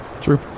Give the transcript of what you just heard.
true